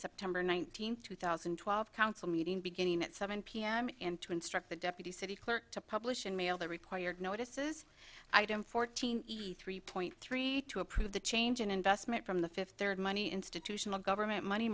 september nineteenth two thousand and twelve council meeting beginning at seven p m and to instruct the deputy city clerk to publish and mail the required notices i don't fourteen three point three to approve the change in investment from the fifth third money institutional government money